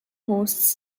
hosts